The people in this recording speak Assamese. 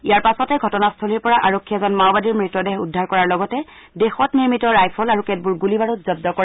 ইয়াৰ পাছতে ঘটনাস্থলীৰ পৰা আৰক্ষীয়ে এজন মাওবাদীৰ মৃতদেহ উদ্ধাৰ কৰাৰ লগতে দেশত নিৰ্মিত ৰাইফল আৰু কেতবোৰ গুলী বাৰুদ জব্দ কৰে